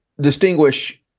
distinguish